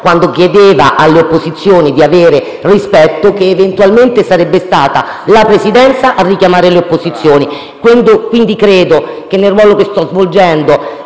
quando chiedeva alle opposizioni di avere rispetto, che eventualmente sarebbe stata la Presidenza a richiamare le opposizioni. Quindi credo che il comportamento che ho